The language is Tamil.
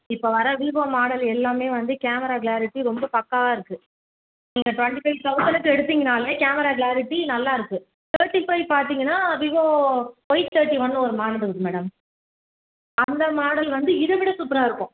இப்போ வர விவோ மாடல் எல்லாமே வந்து கேமரா க்ளாரிட்டி ரொம்ப பக்காவாக இருக்கு நீங்கள் ட்வெண்ட்டி ஃபைவ் தௌசணுக்கு எடுத்தீங்கன்னாலே கேமரா க்ளாரிட்டி நல்லா இருக்கு தேர்ட்டி ஃபைவ் பார்த்தீங்கன்னா விவோ ஒய் தேர்ட்டி ஒன் ஒரு மாடல் இருக்கு மேடம் அந்த மாடல் வந்து இதை விட சூப்பராக இருக்கும்